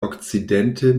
okcidente